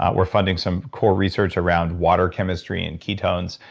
ah we're funding some core research around water chemistry and ketones,